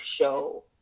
show